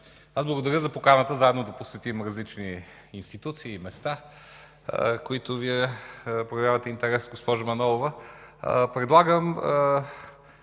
Аз благодаря за поканата заедно да посетим различни институции и места, към които Вие проявявате интерес, госпожо Манолова. Предлагам